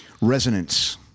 resonance